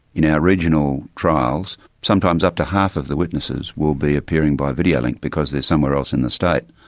in our regional trials, sometimes up to half of the witnesses will be appearing by video link because they are somewhere else in the state.